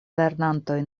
lernantoj